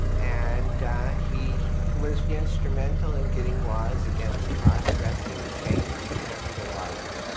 and he was instrumental in getting laws against cross dressing changed, and the like.